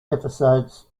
episodes